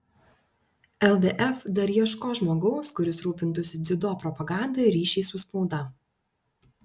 ldf dar ieškos žmogaus kuris rūpintųsi dziudo propaganda ir ryšiais su spauda